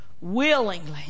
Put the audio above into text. willingly